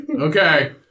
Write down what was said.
Okay